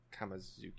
Kamazuki